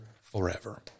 forever